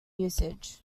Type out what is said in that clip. usage